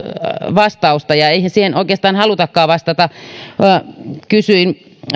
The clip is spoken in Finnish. vastausta ja eihän siihen oikeastaan halutakaan vastata kun kysyin